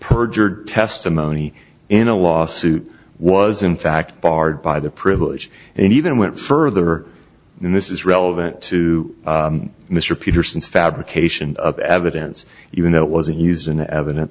perjured testimony in a lawsuit was in fact barred by the privilege and even went further than this is relevant to mr peterson's fabrication of evidence even though it wasn't used in evidence